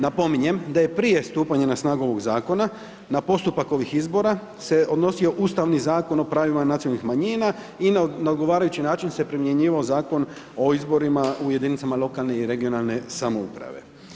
Napominjem da je prije stupanja na snagu ovog zakona na postupak ovih izbora se odnosio Ustavni zakon o pravima nacionalnih manjina i na odgovarajući način se primjenjivao Zakon o izborima u jedinicama lokalne i regionalne samouprave.